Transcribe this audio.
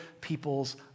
people's